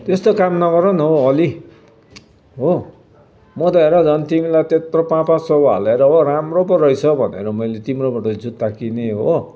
त्यस्तो काम नगर न हो अली हो म त हेर झन् तिमीलाई त्यत्रो पाँच पाँच सय हालेर हो राम्रो पो रहेछ भनेर मैले तिम्रोबाट जुत्ता किनेँ हो